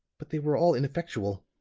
but they were all ineffectual.